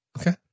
Okay